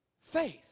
faith